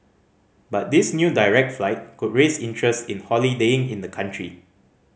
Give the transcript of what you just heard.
but this new direct flight could raise interest in holidaying in the country